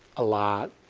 a lot